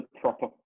proper